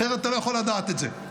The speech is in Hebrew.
אחרת אתה לא יכול לדעת את זה.